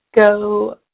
go